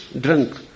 drunk